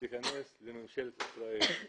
תיכנס לממשלת ישראל.